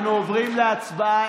אנחנו עוברים להצבעה.